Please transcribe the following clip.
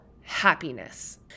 happiness